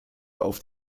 auf